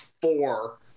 four